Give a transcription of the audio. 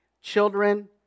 Children